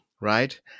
right